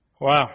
Wow